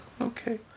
okay